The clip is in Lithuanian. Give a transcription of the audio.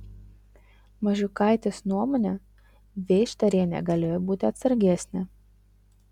mažuikaitės nuomone veištarienė galėjo būti atsargesnė